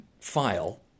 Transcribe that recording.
file